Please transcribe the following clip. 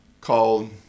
called